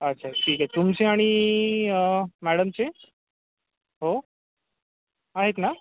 अच्छा ठीक आहे तुमचे आणि मॅडमचे हो आहेत ना